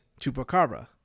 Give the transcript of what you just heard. Chupacabra